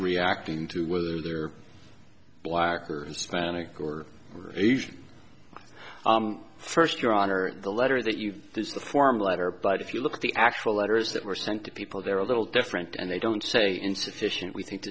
reacting to whether they're black or hispanic or asian first your honor the letter that you use the form letter but if you look at the actual letters that were sent to people they're a little different and they don't say insufficient we think